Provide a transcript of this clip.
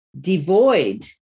devoid